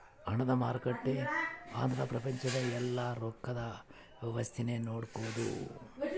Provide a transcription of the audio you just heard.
ಹಣದ ಮಾರುಕಟ್ಟೆ ಅಂದ್ರ ಪ್ರಪಂಚದ ಯೆಲ್ಲ ರೊಕ್ಕದ್ ವ್ಯವಸ್ತೆ ನ ನೋಡ್ಕೊಳೋದು